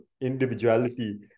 individuality